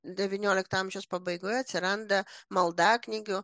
devyniolikto amžiaus pabaigoje atsiranda maldaknygių